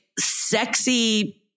sexy